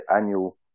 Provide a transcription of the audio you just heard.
annual